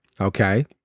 Okay